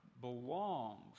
belongs